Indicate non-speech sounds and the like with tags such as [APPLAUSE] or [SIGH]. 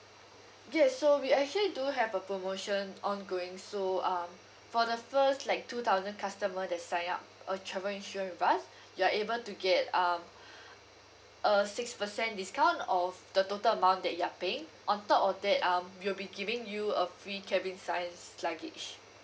yes so we actually do have a promotion ongoing so um for the first like two thousand customer that sign up a travel insurance with us [BREATH] you are able to get um [BREATH] a six percent discount of the total amount that you are paying on top of that um we'll be giving you a free cabin sized luggage